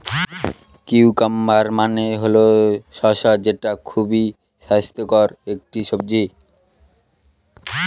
cucumber মানে হল শসা যেটা খুবই স্বাস্থ্যকর একটি সবজি